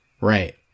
Right